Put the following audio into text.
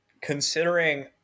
considering